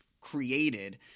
created